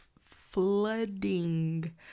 flooding